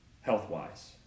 health-wise